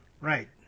Right